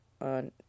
on